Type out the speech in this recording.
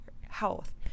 health